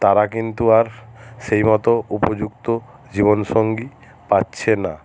তারা কিন্তু আর সেই মতো উপযুক্ত জীবন সঙ্গী পাচ্ছে না